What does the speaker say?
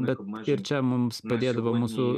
bet ir čia mums padėdavo mūsų